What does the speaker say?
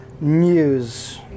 news